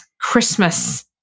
Christmas